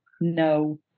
no